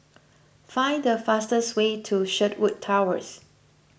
find the fastest way to Sherwood Towers